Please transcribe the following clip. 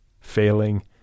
failing